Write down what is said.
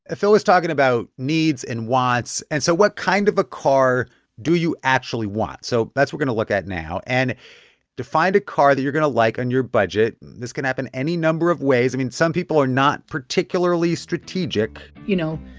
phil was talking about needs and wants. and so what kind of a car do you actually want? so that's what we're going to look at now. and to find a car that you're going to like on your budget, this can happen any number of ways. i mean, some people are not particularly strategic you know,